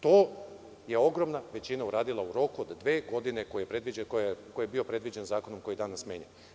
To je ogromna većina uradila u roku od dve godine koji je bio predviđen zakonom koji danas menja.